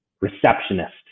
receptionist